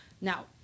Now